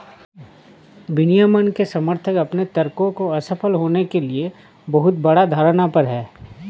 विनियमन के समर्थक अपने तर्कों को असफल होने के लिए बहुत बड़ा धारणा पर हैं